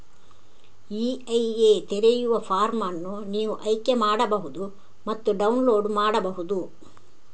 EIA ತೆರೆಯುವ form ಅನ್ನು ನೀವು ಆಯ್ಕೆ ಮಾಡಬಹುದು ಮತ್ತು ಡೌನ್ಲೋಡ್ ಮಾಡಬಹುದು